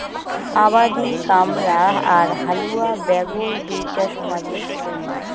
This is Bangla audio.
আবাদি কামলা আর হালুয়া ব্যাগল দুইটা সমাজের শ্রেণী